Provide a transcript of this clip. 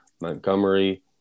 Montgomery